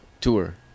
tour